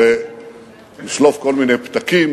לשלוף כל מיני פתקים